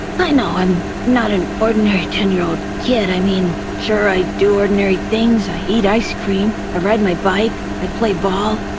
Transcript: i know i'm not an ordinary ten-year-old kid. i mean, sure, i do ordinary things. i eat ice cream. i ride my bike. i play ball.